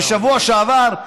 ובשבוע שעבר,